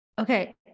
Okay